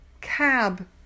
Cab